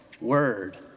word